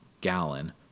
gallon